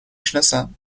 سناسم